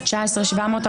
יש לי עדכון,